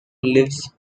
lives